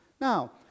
Now